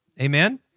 Amen